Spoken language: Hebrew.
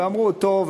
אמרו: טוב,